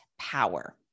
power